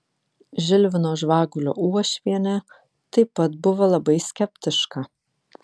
žilvino žvagulio uošvienė taip pat buvo labai skeptiška